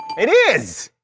it is!